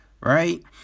right